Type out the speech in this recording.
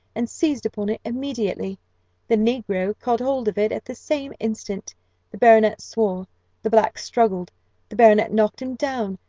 and seized upon it immediately the negro caught hold of it at the same instant the baronet swore the black struggled the baronet knocked him down.